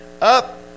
up